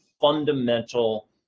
fundamental